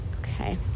Okay